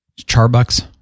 charbucks